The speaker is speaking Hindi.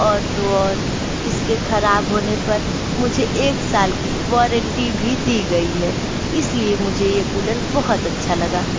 और तो और इसके ख़राब होने पर मुझे एक साल की वारंटी भी दी गई हैं इसलिए मुझे यह कूलर बहुत अच्छा लगा